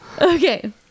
Okay